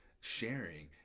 sharing